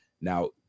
now